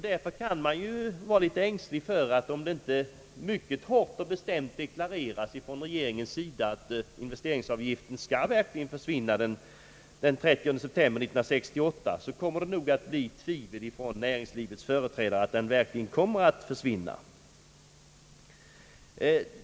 Därför kan man vara ängslig för att det kommer att hysas tvivel bland näringslivets företrädare om investeringsavgiftens försvinnande, om det inte klart och bestämt från regeringens sida deklareras att investeringsavgiften verkligen skall försvinna den 30 september 1968.